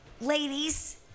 ladies